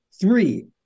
three